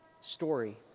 story